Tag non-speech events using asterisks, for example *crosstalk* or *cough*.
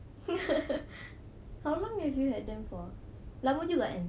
*laughs* how long have you had them for lama juga kan